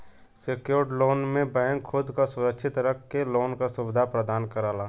secured loan में bank खुद क सुरक्षित रख के लोन क सुविधा प्रदान करला